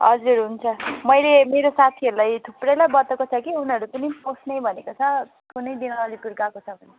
हजुर हुन्छ मैले मेरो साथीहरूलाई थुप्रैलाई बताएको थिएँ कि उनीहरू पनि पस्ने भनेको छ कुनै दिन अलिपुर गएको छ भने